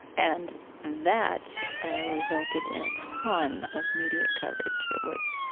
and that resulted in a ton of media coverage. it was,